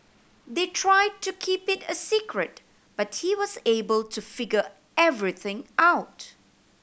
they tried to keep it a secret but he was able to figure everything out